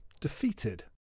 defeated